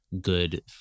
good